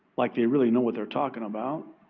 like they really know what they're talking about.